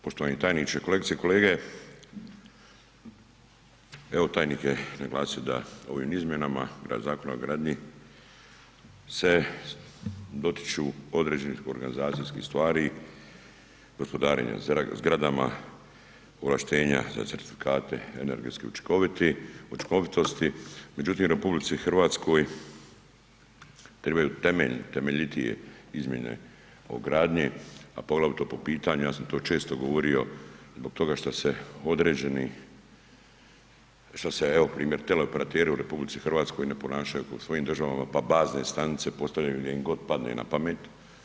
Poštovani tajniče, kolegice i kolege, evo tajnik je naglasio da ovim izmjenama Zakona o gradnji se dotiču određenih organizacijskih stvari, gospodarenja zgradama, ovlaštenja za certifikate energetske učinkovitosti, međutim u RH trebaju temeljitije izmjene o gradnji, a poglavito po pitanju ja sam to često govorio zbog toga što se određeni, što se evo primjer teleoperateri u RH ne ponašaju kao u svojim državama pa bazne stanice postavljaju gdje im god padne napamet.